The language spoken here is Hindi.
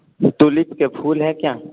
तुलिप के फूल हैं क्या